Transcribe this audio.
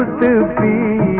to be